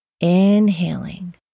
inhaling